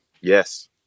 Yes